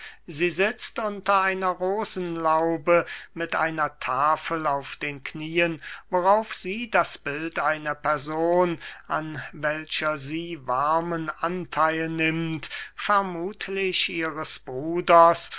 sie sitzt unter einer rosenlaube mit einer tafel auf den knieen worauf sie das bild einer person an welcher sie warmen antheil nimmt vermuthlich ihres bruders